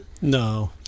No